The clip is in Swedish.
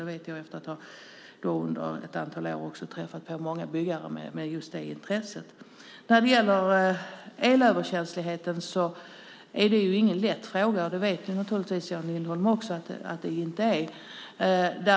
Det vet jag efter att under ett antal år ha träffat på många byggare med det intresset. Elöverkänslighet är ingen lätt fråga. Det vet Jan Lindholm också.